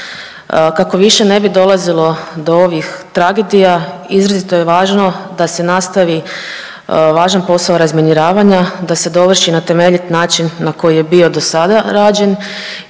Kako više ne bi dolazilo do ovih tragedija izrazito je važno da se nastavi važan posao razminiravanja, da se dovrši na temeljit način na koji je bio dosada rađen